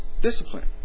Discipline